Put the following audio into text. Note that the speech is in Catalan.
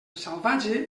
salvatge